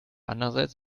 andererseits